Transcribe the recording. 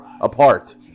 apart